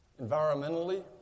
Environmentally